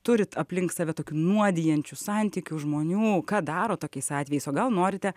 turit aplink save tokių nuodijančių santykių žmonių ką darot tokiais atvejais o gal norite